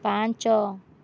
ପାଞ୍ଚ